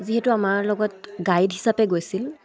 যিহেতু আমাৰ লগত গাইড হিচাপে গৈছিল